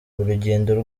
urugendo